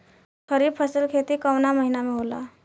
खरीफ फसल के खेती कवना महीना में होला?